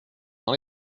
dans